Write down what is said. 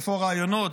איפה הרעיונות,